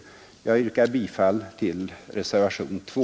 Jag yrkar bifall till reservationen 2.